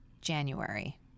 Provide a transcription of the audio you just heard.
January